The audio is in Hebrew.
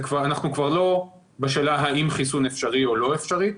אנחנו כבר לא בשאלה האם חיסון אפשרי או לא אפשרי.